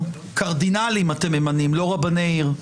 קרדינלים אתם ממנים, לא רבני עיר.